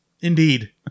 indeed